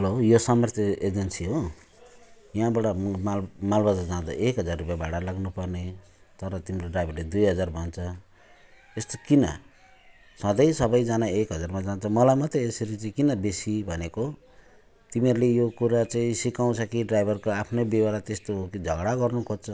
hello यो Samarthi agency हो यहाँबाट म माल माल बजार जाँदा एक हजार भाडा लाग्नु पर्ने तर तिम्रो ड्राइभरले दुई हजार भन्छ यस्तो किन सधैँ सबजना एक हजारमा जान्छ मलाई मात्र चाहिँ यसरी किन बेसी भनेको तिमीहरूले यो कुरा चाहिँ सिकाउँछ कि ड्राइभरको आफ्नै बेहोरा त्यस्तो हो कि झगडा गर्नु खोज्छ